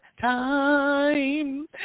time